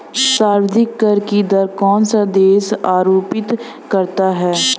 सर्वाधिक कर की दर कौन सा देश आरोपित करता है?